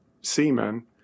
seamen